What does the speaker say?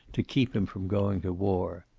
to keep him from going to war.